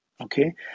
okay